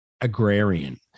agrarian